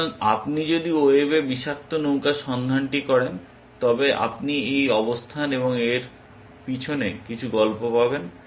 সুতরাং আপনি যদি ওয়েবে বিষাক্ত নৌকাটি সন্ধান করেন তবে আপনি এই অবস্থান এবং এর পিছনে কিছু গল্প পাবেন